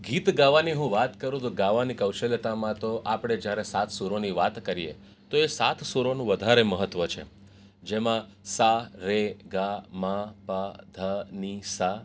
ગીત ગાવાની હું વાત કરું તો ગાવાની કૌશલ્યતામાં તો આપણે જ્યારે સાત સુરોની વાત કરીએ તો સાત સુરોનું વધારે મહત્ત્વ છે જેમાં સા રે ગા મા પ ધ ની સા